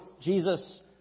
Jesus